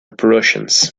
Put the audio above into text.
prussians